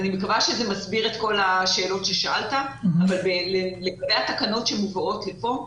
אני מקווה שזה מסביר את כל השאלות ששאלת אבל לגבי התקנות שמובאות לכאן,